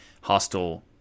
hostile